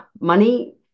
money